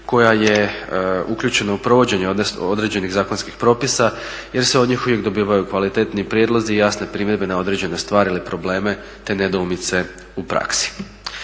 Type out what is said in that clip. koja je uključena u provođenje određenih zakonskih propisa jer se od njih uvijek dobivaju kvalitetni prijedlozi i jasne primjedbe na određene stvari i probleme te nedoumice u praksi.